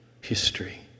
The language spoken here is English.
history